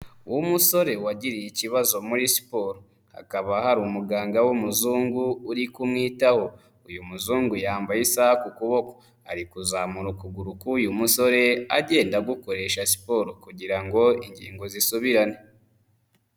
Umusore wagiriye ikibazo muri siporo. Hakaba hari umuganga w'umuzungu uri kumwitaho, uyu muzungu yambaye isaha ku kuboko ari kuzamura ukuguru k'uyu musore, agenda agukoresha siporo kugira ngo ingingo zisubirane.